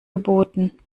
geboten